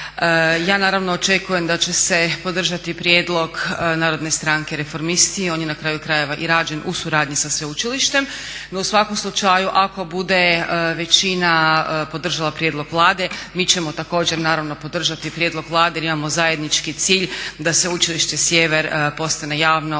Ja naravno očekujem da će se podržati prijedlog Narodne stranke-Reformisti, on je na kraju krajeva i rađen u suradnji sa sveučilištem. No u svakom slučaju ako bude većina podržala prijedlog Vlade mi ćemo također naravno podržati prijedlog Vlade jer imamo zajednički cilj da Sveučilište Sjever postane javno od države